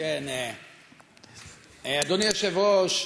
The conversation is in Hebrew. אדוני היושב-ראש,